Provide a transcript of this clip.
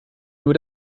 nur